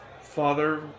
father